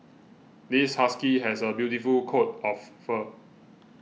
this husky has a beautiful coat of fur